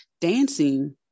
Dancing